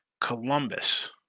Columbus